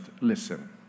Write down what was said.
listen